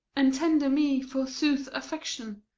and tender me, forsooth, affection,